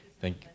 thank